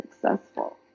successful